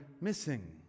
missing